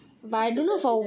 who is the president